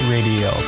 Radio